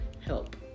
help